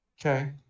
okay